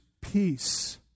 peace